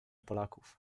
polaków